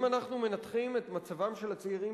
אם אנחנו מנתחים את מצבם של הצעירים